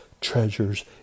treasures